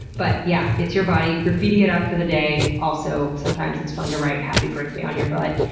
but, yeah, it's your body, graffiti it up for the day! also sometimes it's fun to write happy birthday on your butt,